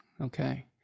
Okay